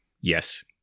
Yes